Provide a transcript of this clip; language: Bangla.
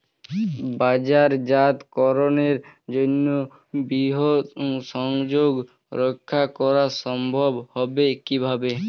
বাজারজাতকরণের জন্য বৃহৎ সংযোগ রক্ষা করা সম্ভব হবে কিভাবে?